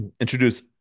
introduce